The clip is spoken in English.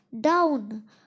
down